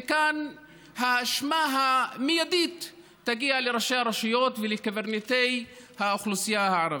וכאן האשמה המיידית היא של ראשי הרשויות וקברניטי האוכלוסייה הערבית.